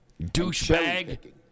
douchebag